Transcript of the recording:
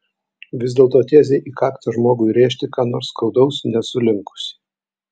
vis dėlto tiesiai į kaktą žmogui rėžti ką nors skaudaus nesu linkusi